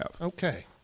Okay